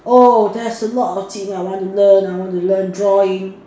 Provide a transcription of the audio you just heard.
oh there's a lot of thing I want to learn I want to learn drawing